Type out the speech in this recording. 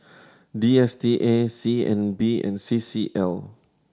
D S T A C N B and C C L